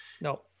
No